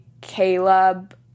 Caleb